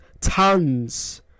tons